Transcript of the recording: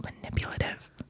manipulative